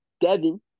Devin